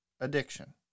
addiction